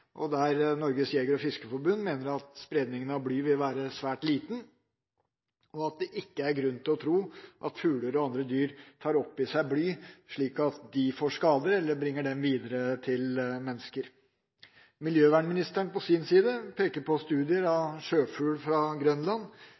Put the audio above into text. der Norges Jeger- og Fiskerforbund mener at spredningen av bly vil være svært liten, og at det ikke er grunn til å tro at fugler og andre dyr tar opp i seg bly, slik at de får skader eller bringer dette videre til mennesker. Miljøvernministeren peker på sin side på studier av sjøfugl fra Grønland,